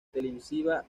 televisiva